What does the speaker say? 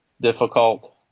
difficult